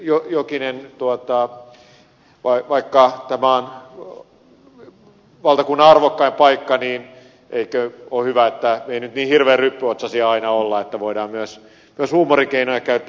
edustaja jokinen vaikka tämä on valtakunnan arvokkain paikka niin eikö ole hyvä että ei nyt niin hirveän ryppyotsaisia aina olla että voidaan myös huumorin keinoja käyttää